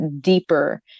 deeper